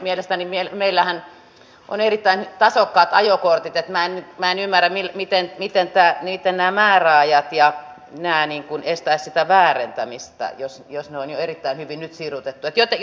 mielestäni meillähän on erittäin tasokkaat ajokortit niin että en ymmärrä miten niiden määräajat ja nämä estäisivät sitä väärentämistä jos ne on jo nyt erittäin hyvin sirutettu